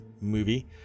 movie